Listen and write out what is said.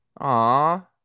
Aw